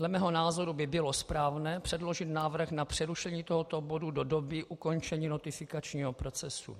Dle mého názoru by bylo správné předložit návrh na přerušení tohoto bodu do doby ukončení notifikačního procesu.